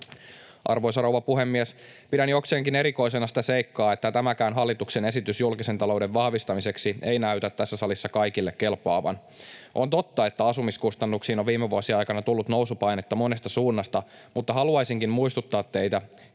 Arvoisa rouva puhemies! Pidän jokseenkin erikoisena sitä seikkaa, että tämäkään hallituksen esitys julkisen talouden vahvistamiseksi ei näytä tässä salissa kaikille kelpaavan. On totta, että asumiskustannuksiin on viime vuosien aikana tullut nousupainetta monesta suunnasta, mutta haluaisinkin muistuttaa teitä: